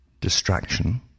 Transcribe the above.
distraction